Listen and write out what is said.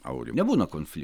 auri nebūna konfli